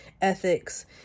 ethics